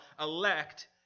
elect